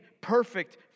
perfect